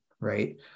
right